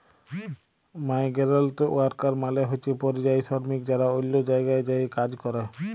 migrant worker মালে হছে পরিযায়ী শরমিক যারা অল্য জায়গায় যাঁয়ে কাজ ক্যরে